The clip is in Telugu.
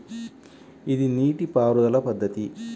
ఇది నీటిపారుదల పద్ధతి